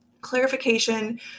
Clarification